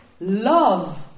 love